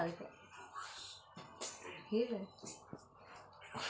ನಮ್ ದೇಶದಾಗ್ ನಾನಾ ಥರದ್ ಹಣ್ಣಗೋಳ್ ನಾವ್ ನೋಡಬಹುದ್ ಎಲ್ಲಾ ಸೀಸನ್ಕ್ ಒಂದೊಂದ್ ಹಣ್ಣ್ ಇರ್ತವ್